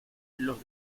los